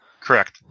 Correct